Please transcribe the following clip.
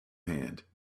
hand